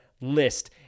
list